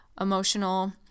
emotional